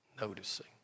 noticing